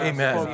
Amen